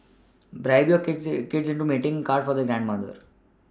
bribe your kids kids into making a card for their grandmother